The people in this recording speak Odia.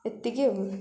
ଏତିକି ଆଉ